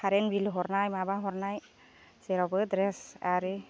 खारेन बिल हरनाय माबा हरनाय जेरावबो द्रेस आरि